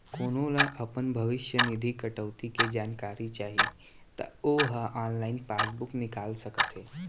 कोनो ल अपन भविस्य निधि कटउती के जानकारी चाही त ओ ह ऑनलाइन पासबूक निकाल सकत हे